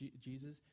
Jesus